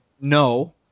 no